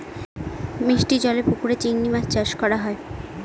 মিষ্টি জলেরর পুকুরে চিংড়ি মাছ চাষ করা হয়